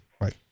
Right